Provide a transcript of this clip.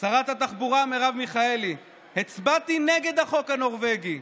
שרת התחבורה מרב מיכאלי: "הצבעתי נגד החוק הנורבגי.